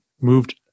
moved